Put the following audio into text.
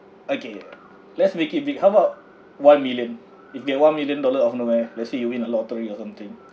okay let's make it big how about one million if there one million dollar of nowhere let's say you win a lottery or something